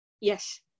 Yes